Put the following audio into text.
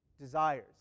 desires